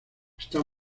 está